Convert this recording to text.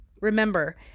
Remember